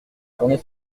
tourner